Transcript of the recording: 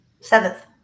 Seventh